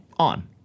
On